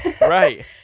Right